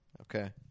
Okay